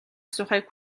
асуухыг